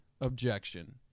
Objection